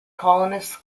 colonists